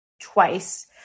twice